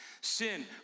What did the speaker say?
Sin